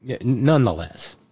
Nonetheless